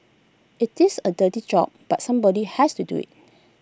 IT is A dirty job but somebody has to do IT